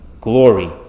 glory